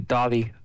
Dolly